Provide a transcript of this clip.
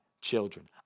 children